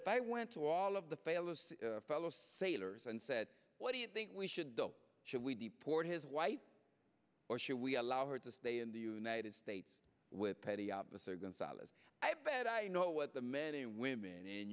if i went to all of the fellows fellow sailors and said what do you think we should do should we deport his wife or should we allow her to stay in the united states with petty officer going solace i bet i know what the men and women in